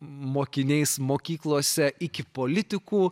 mokiniais mokyklose iki politikų